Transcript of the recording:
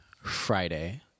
Friday